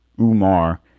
Umar